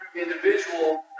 individual